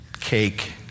cake